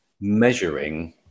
measuring